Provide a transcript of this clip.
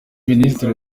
minisitiri